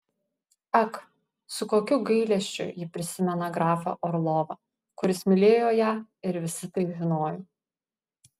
ak su kokiu gailesčiu ji prisimena grafą orlovą kuris mylėjo ją ir visi tai žinojo